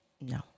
No